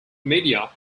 media